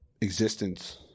existence